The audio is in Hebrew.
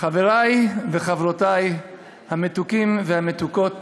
חברי וחברותי המתוקים והמתוקות